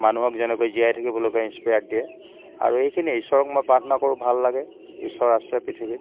মানুহক যেনেকৈ জীয়াই থাকিবলৈকে ইনস্পিয়াৰড দিয়ে আৰু এইখিনিয়ে ঈশ্বৰক মই প্ৰাৰ্থনা কৰোঁ ভাল লাগে ঈশ্বৰ আছে পৃথিৱীত